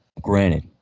Granted